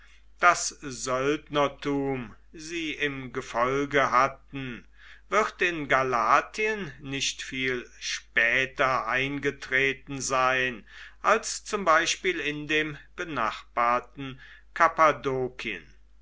das söldnertum sie im gefolge hatten wird in galatien nicht viel später eingetreten sein als zum beispiel in dem benachbarten